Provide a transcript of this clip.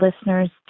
listeners